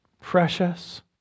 precious